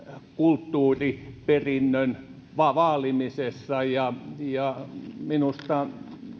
kulttuuriperinnön vaalimisessa minusta se